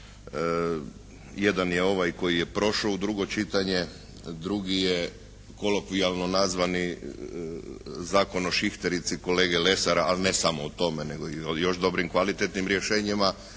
jedan je ovaj koji je prošao u drugo čitanje, drugi je kolokvijalno nazvani Zakon o šihterici kolege Lesara, ali ne samo o tome, nego i o još dobrim, kvalitetnim rješenjima